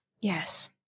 Yes